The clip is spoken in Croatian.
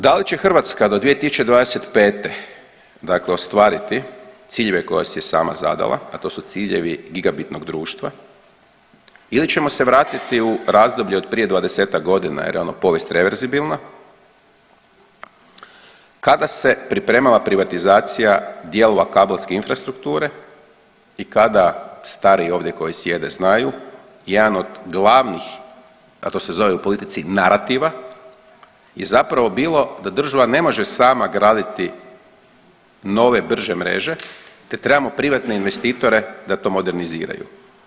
Da li će Hrvatska do 2025. dakle ostvariti ciljeve koje si je sama zadala, a to su ciljevi gigabitnog društva ili ćemo se vratiti u razdoblje od prije 20-ak godina jer je ono povijest reverzibilna, kada se pripremala privatizacija dijelova kabelske infrastrukture i kada stariji ovdje koji sjede znaju, jedan od glavnih, a to se zove u politici narativa je zapravo bilo da država ne može sama graditi nove brže mreže te trebamo privatne investitore da to moderniziraju.